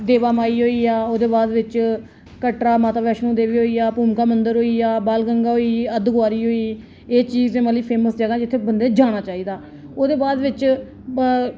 देवा माई होई गेआ ओह्देे बाद बिच्च कटरा माता वैष्णो देवी होई गेआ भूमका मंदर होई गेआ बाण गंगा होई अर्धकुंवारी होई गेई एह् चीज़ मतलब फेमस जित्थें जगह बंदे गी जाना चाहिदा ओह्दे बाद बिच्च